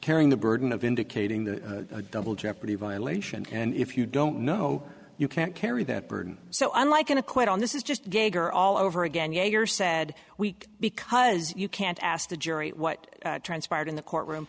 carrying the burden of indicating the double jeopardy violation and if you don't know you can't carry that burden so unlike when to quit on this is just gager all over again yeager said weak because you can't ask the jury what transpired in the courtroom